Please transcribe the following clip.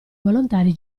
volontari